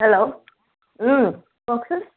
hello Om কওকচোন